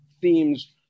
themes